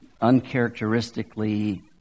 uncharacteristically